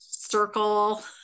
circle